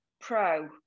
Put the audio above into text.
pro